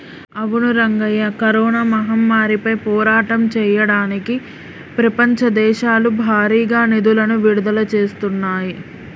అవును రంగయ్య కరోనా మహమ్మారిపై పోరాటం చేయడానికి ప్రపంచ దేశాలు భారీగా నిధులను విడుదల చేస్తున్నాయి